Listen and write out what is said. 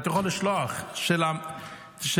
זה מה שנקרא